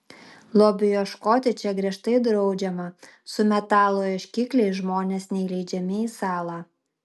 lobių ieškoti čia griežtai draudžiama su metalo ieškikliais žmonės neįleidžiami į salą